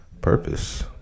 purpose